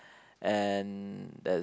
and there's